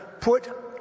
put